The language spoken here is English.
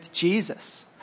Jesus